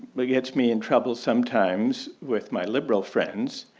they gets me in trouble sometimes with my liberal friends,